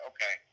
Okay